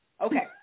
Okay